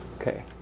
Okay